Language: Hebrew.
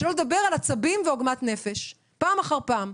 שלא לדבר על עצבים ועוגמת נפש פעם אחר פעם,